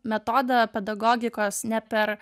metodą pedagogikos ne per